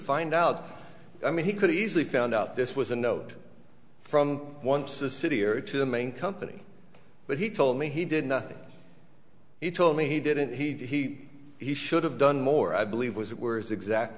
find out i mean he could easily found out this was a note from one to city or to the main company but he told me he did nothing he told me he didn't he he should have done more i believe was